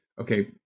okay